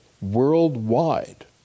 worldwide